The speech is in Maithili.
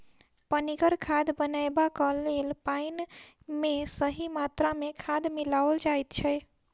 पनिगर खाद बनयबाक लेल पाइन मे सही मात्रा मे खाद मिलाओल जाइत छै